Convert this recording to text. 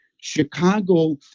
Chicago